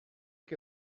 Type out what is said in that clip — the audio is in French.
que